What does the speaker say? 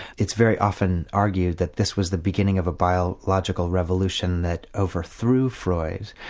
it's very often argued that this was the beginning of a biological revolution that overthrew freud,